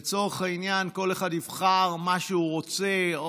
לצורך העניין כל אחד יבחר מה שהוא רוצה,